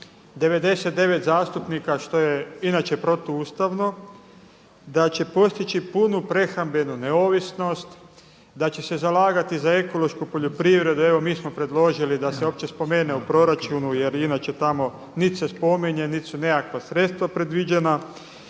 99 zastupnika što je inače protuustavno da će postići punu prehrambenu neovisnost, da će se zalagati za ekološku poljoprivredu. Evo mi smo predložili da se uopće spomene u proračunu jer inače tamo niti se spominje niti su nekakva sredstva predviđena,